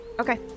okay